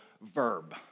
verb